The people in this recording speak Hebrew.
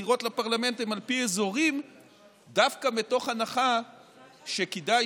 הבחירות לפרלמנט הן על פי אזורים דווקא מתוך הנחה שכדאי